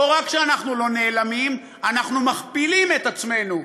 לא רק שאנחנו לא נעלמים, אנחנו מכפילים את עצמנו.